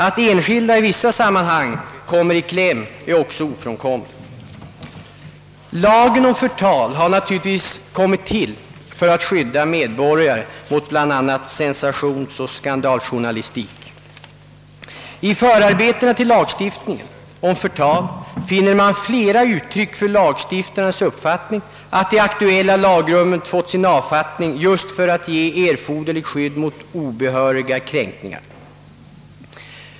Att enskilda i vissa sammanhang kommer i kläm är också ofrånkomligt. Lagen om förtal har naturligtvis kommit till för att skydda medborgare mot bl.a. sensationsoch skandaljournalistik. I förarbetena till lagstiftningen om förtal finner man flera uttryck för lagstiftarnas uppfattning att det aktuella lagrummet fått sin avfattning för att ge erforderligt skydd mot obehöriga kränkningar.